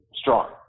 Strong